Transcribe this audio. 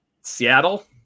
Seattle